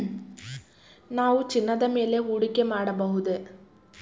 ನಾವು ಚಿನ್ನದ ಮೇಲೆ ಹೂಡಿಕೆ ಮಾಡಬಹುದೇ?